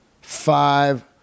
five